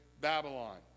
Babylon